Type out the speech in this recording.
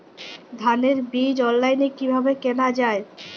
ধানের বীজ অনলাইনে কিভাবে কেনা যায়?